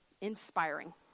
inspiring